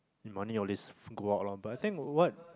money all these go out lah but I think what